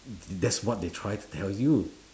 that's what they try to tell you